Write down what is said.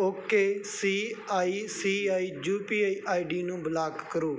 okay C I C I U P I ID ਨੂੰ ਬਲਾਕ ਕਰੋ